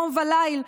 יום וליל,